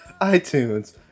iTunes